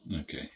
Okay